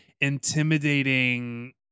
intimidating